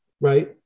right